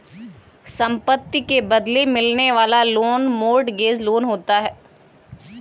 संपत्ति के बदले मिलने वाला लोन मोर्टगेज लोन होता है